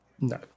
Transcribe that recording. No